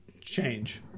change